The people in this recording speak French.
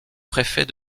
préfet